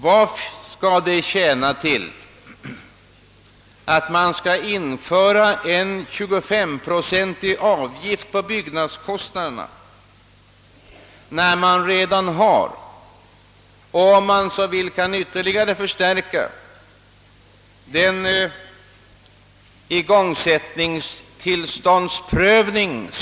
Vad ska det tjäna till att införa en 25-procentig avgift på byggnadskostnaderna när man redan har och om man så vill ytterligare kan förstärka igångsättningstillståndsprövningen?